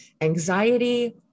anxiety